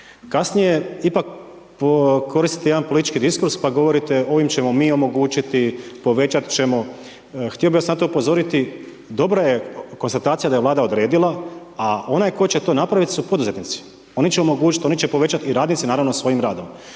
Kasnije ipak koristite jedan politički diskurs, pa govorite, ovime ćemo mi omogućiti, povećati ćemo, htio bi vas na to upozoriti, dobra je konstatacija da je vlada odredila, a onaj tko će to napraviti su poduzetnici, oni će omogućiti, oni će povećati i radnici, naravno s svojim radom.